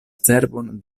cerbon